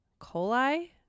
coli